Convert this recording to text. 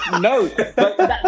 No